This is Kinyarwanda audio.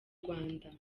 rwanda